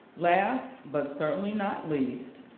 last, but certainly not least,